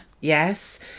Yes